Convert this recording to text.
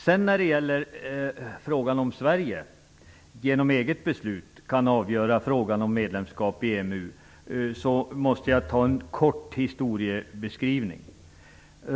När det sedan gäller spörsmålet om Sverige genom eget beslut kan avgöra frågan om medlemskap i EMU måste jag göra en kort historiebeskrivning.